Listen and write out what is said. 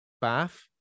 bath